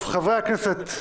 חברי הכנסת,